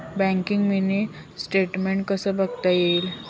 बँकेचं mini statement कसं बघता येईल?